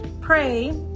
pray